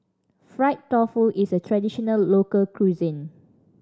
fried tofu is a traditional local cuisine